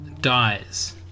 dies